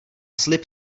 slib